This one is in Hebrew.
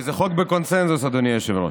כי זה חוק בקונסנזוס, אדוני היושב-ראש.